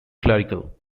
clerical